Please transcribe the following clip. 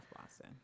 Boston